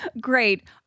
great